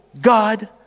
God